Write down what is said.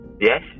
Yes